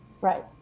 right